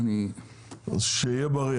שיהיה בריא,